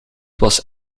was